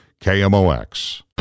KMOX